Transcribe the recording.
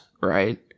right